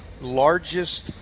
largest